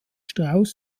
strauß